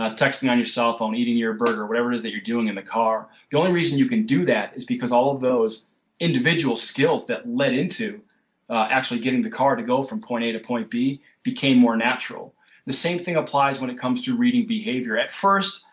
ah texting on your cell phone, eating your burger whatever it is that you are doing in the car. the only reason you can do that is because all of those individual skills that led into actually getting the car to go from point a to point b became more natural the same thing applies when it comes to reading behavior. at first,